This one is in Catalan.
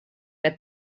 que